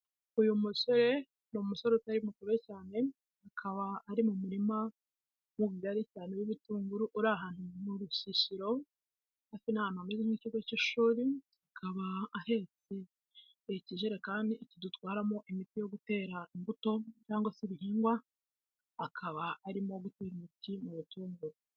Uyu musore ni umusore utari mukuru cyane akaba ari mu murima mugari cyane w'ibitunguru uri ahantu mu rusisiro hafi n'ahantu hameze nk'ikigo k'ishuri akaba ahetse ikijerekani iki dutwaramo imiti yo gutera imbuto cyangwa se ibihingwa akaba arimo gutera imiti mu bitunguru.